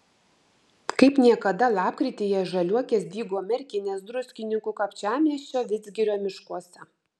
kaip niekada lapkrityje žaliuokės dygo merkinės druskininkų kapčiamiesčio vidzgirio miškuose